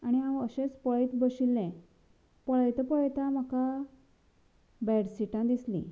आनी हांव अशेंच पळयत बशिल्लें पळयता पळयता म्हाका बेडशिटां दिसलीं